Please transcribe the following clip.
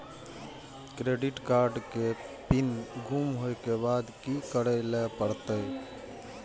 Credit card के PIN गुम होय के बाद की करै ल परतै?